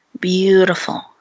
Beautiful